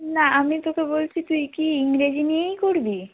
না আমি তোকে বলছি তুই কি ইংরেজি নিয়েই করবি